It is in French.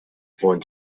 vont